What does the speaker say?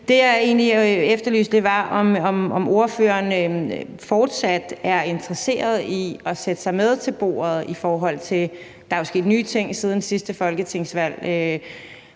egentlig efterlyste, var at høre, om ordføreren fortsat er interesseret i at sætte sig ved bordet. Der er jo sket nye ting siden sidste folketingsvalg.